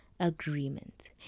Agreement